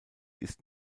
ist